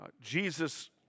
Jesus